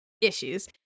issues